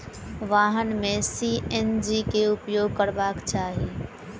वाहन में सी.एन.जी के उपयोग करबाक चाही